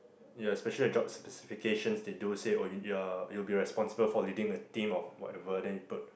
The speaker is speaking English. yeah especially the job's specifications they do say oh you are you will be responsible for leading a team of whatever then you put